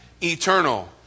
eternal